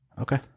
Okay